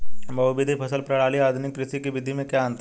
बहुविध फसल प्रणाली और आधुनिक कृषि की विधि में क्या अंतर है?